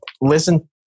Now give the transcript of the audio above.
listen